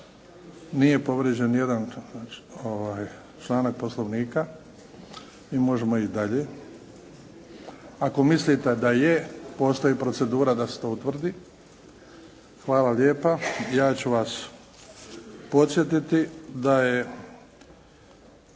nije povrijeđen nijedan članak Poslovnika. I možemo ići dalje. Ako mislite da je postoji procedura da se to utvrdi. Hvala lijepa. Ja ću vas podsjetiti da je